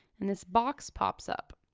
and this box pops up.